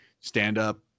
stand-up